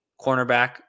cornerback